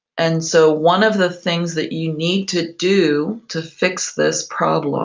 and so one of the things that you need to do to fix this problem